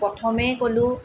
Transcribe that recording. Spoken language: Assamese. প্ৰথমেই ক'লোঁ